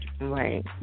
Right